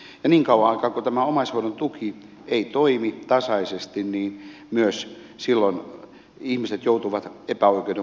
ja niin kauan aikaa kuin tämä omaishoidon tuki ei toimi tasaisesti niin myös silloin ihmiset joutuvat epäoikeudenmukaiseen asemaan